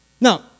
Now